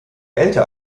älter